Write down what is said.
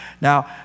Now